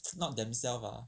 not themselves ah